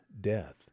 death